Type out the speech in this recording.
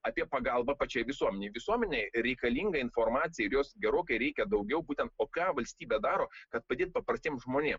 apie pagalbą pačiai visuomenei visuomenei reikalinga informacija ir jos gerokai reikia daugiau būtent o ką valstybė daro kad padėt paprastiem žmonėm